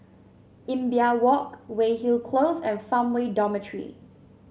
Imbiah Walk Weyhill Close and Farmway Dormitory